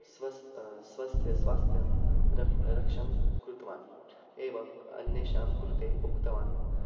स्वस्य स्वस्य स्वास्थ्यं रक् रक्षं कृतवान् एवम् अन्येषां कृते उक्तवान्